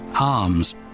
Arms